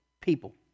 people